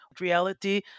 reality